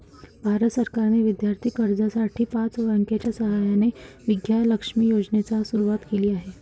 भारत सरकारने विद्यार्थी कर्जासाठी पाच बँकांच्या सहकार्याने विद्या लक्ष्मी योजनाही सुरू केली आहे